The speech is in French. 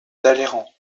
talleyrand